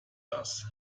das